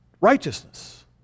Righteousness